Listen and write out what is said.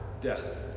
Death